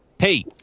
Hey